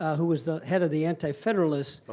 who was the head of the anti-federalists.